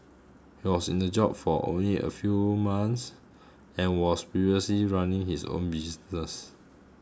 he was in the job for only a few months and was previously running his own business